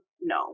No